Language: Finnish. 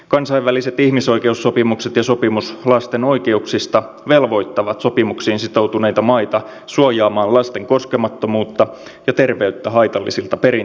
kansainväliset ihmisoikeussopimukset ja sopimus lasten oikeuksista velvoittavat sopimuksiin sitoutuneita maita suojaamaan lasten koskemattomuutta ja terveyttä haitallisilta perinteiltä